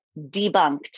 debunked